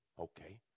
okay